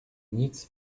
nic